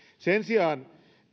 sen sijaan